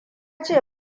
ce